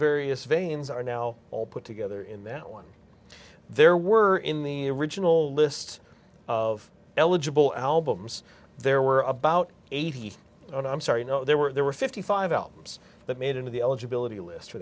various veins are now all put together in that one there were in the original list of eligible albums there were about eighty one i'm sorry no there were fifty five albums that made into the eligibility list for